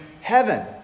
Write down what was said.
heaven